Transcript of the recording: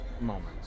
moments